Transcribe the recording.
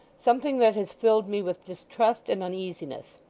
something that has filled me with distrust and uneasiness.